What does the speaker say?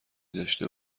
داشته